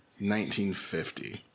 1950